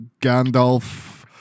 Gandalf